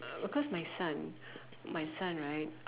because my son my son right